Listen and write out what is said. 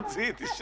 משה